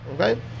Okay